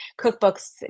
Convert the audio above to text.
cookbooks